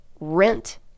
rent